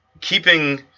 keeping